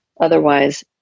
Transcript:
Otherwise